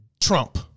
Trump